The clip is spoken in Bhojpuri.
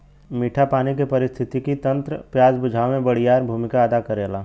मीठा पानी के पारिस्थितिकी तंत्र प्यास बुझावे में बड़ियार भूमिका अदा करेला